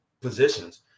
positions